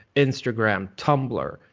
instagram, tumblr.